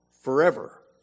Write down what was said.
forever